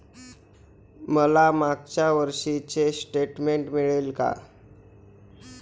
मला मागच्या वर्षीचे स्टेटमेंट मिळेल का?